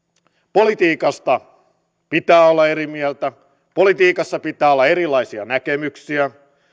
politiikasta pitää olla eri mieltä politiikassa pitää olla erilaisia näkemyksiä